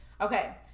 okay